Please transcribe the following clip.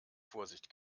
vorsicht